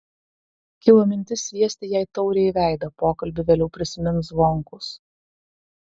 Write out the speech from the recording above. kilo mintis sviesti jai taurę į veidą pokalbį vėliau prisimins zvonkus